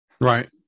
Right